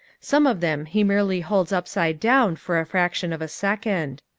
some of them he merely holds upside down for a fraction of a second.